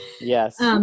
Yes